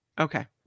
okay